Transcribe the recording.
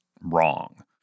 wrong